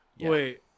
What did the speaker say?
Wait